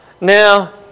Now